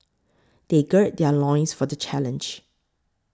they gird their loins for the challenge